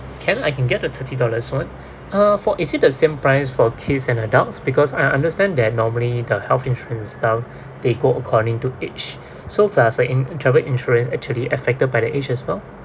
can I can get the thirty dollars one uh for is it the same price for kids and adults because I understand that normally the health insurance down they go according to age so does the travel insurance actually affected by the age as well